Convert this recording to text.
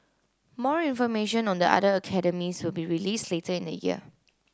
more information on the other academies will be released later in the year